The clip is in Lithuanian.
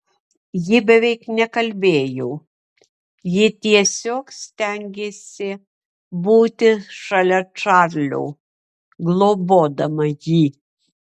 ji beveik nekalbėjo ji tiesiog stengėsi būti šalia čarlio globodama jį